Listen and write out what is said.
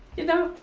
you know,